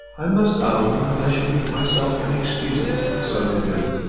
i must own, that i should think myself inexcusable so to do,